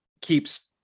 keeps